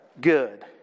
Good